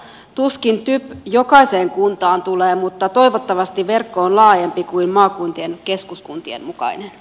tuskin typ jokaiseen kuntaan tulee mutta toivottavasti verkko on laajempi kuin maakuntien keskuskuntien mukainen